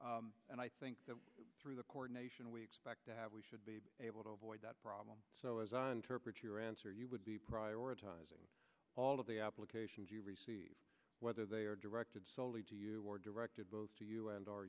it and i think that through the coordination we expect that we should be able to avoid that problem so as i interpret your answer you would be prioritizing all of the applications you receive whether they are directed solely to you or directed both to you and or